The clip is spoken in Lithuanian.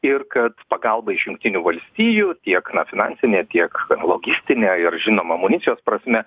ir kad pagalba iš jungtinių valstijų tiek finansine tiek logistine ir žinoma amunicijos prasme